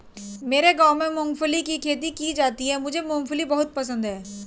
मेरे गांव में मूंगफली की खेती की जाती है मुझे मूंगफली बहुत पसंद है